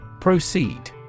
Proceed